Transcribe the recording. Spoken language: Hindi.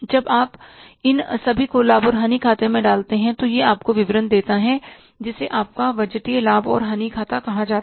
जब आप इन सभी को लाभ और हानि खाते में डालते हैं तो यह आपको विवरण देता है जिसे आपका बजटीय लाभ और हानि खाता कहा जाता है